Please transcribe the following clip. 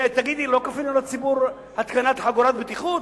ותגיד לי, לא כפינו על הציבור התקנת חגורת בטיחות?